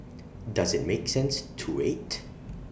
does IT make sense to wait